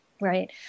right